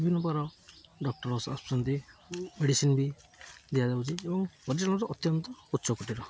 ବିଭିନ୍ନ ପ୍ରକାର ଡକ୍ଟର ଆସୁଛନ୍ତି ମେଡିସିନ୍ ବି ଦିଆଯାଉଛି ଏବଂ ଅତ୍ୟନ୍ତ ଉଚ୍ଚକୋଟୀର